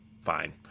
fine